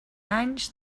anys